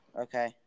Okay